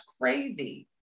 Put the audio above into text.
crazy